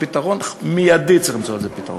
אם צריך למצוא לזה פתרון?